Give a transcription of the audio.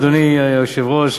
אדוני היושב-ראש,